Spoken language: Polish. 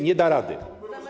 Nie da rady.